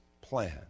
plan